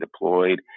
deployed